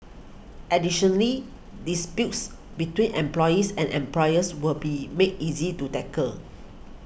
additionally disputes between employees and employers will be made easy to tackle